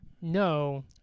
no